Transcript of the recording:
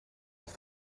off